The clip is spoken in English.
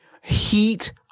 heat